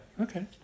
okay